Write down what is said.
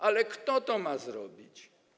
Ale kto to ma zrobić?